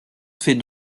fait